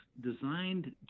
designed